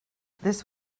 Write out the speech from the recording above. this